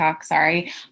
Sorry